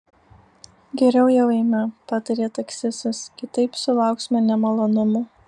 geriau jau eime patarė taksistas kitaip sulauksime nemalonumų